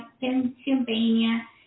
Pennsylvania